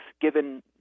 given